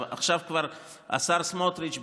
עכשיו כבר השר סמוטריץ',